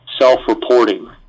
self-reporting